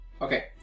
Okay